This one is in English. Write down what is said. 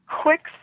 quick